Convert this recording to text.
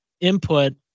input